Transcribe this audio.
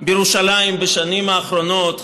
בירושלים בשנים האחרונות,